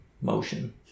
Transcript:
motion